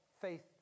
faith